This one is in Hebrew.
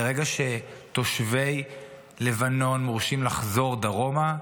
מרגע שתושבי לבנון מורשים לחזור דרומה,